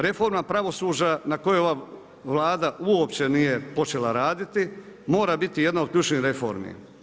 Reforma pravosuđa na kojoj ova Vlada uopće nije počela raditi, mora biti jedna od ključnih reformi.